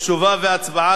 תשובה והצבעה,